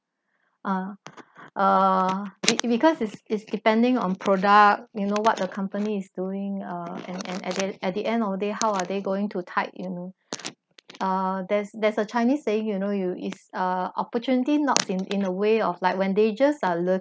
uh err it it because it's it's depending on product you know what the company is doing uh and and and at the end of the day how are they going to tied in ah there's there's a chinese saying you know you is uh opportunity knocks in in a way of like when they just are~